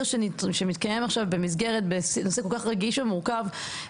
שמתקיים עכשיו במסגרת נושא כל כך רגיש ומורכב,